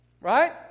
right